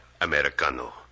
Americano